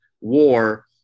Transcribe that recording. war